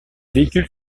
véhicules